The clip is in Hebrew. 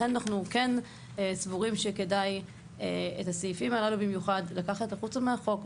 לכן אנחנו כן סבורים שכדאי את הסעיפים הללו במיוחד לקחת החוצה מהחוק,